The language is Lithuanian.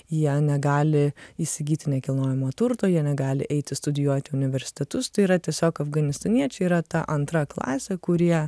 jie negali įsigyti nekilnojamo turto jie negali eiti studijuoti į universitetus tai yra tiesiog afganistaniečiai yra ta antra klasė kurie